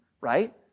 right